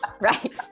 right